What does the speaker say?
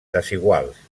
desiguals